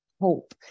hope